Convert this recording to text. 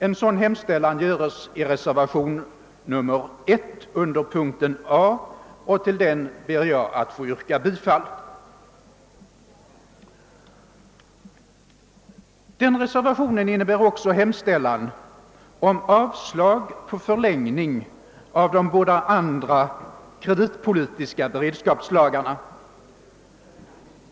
En sådan hemställan göres i reservationen 1 under mom. A 1, och jag ber att få yrka bifall till reservationen på denna punkt. Reservationen innebär också hemställan om avslag på förslaget om förlängning av de båda andra kreditpolitiska beredskapslagarna.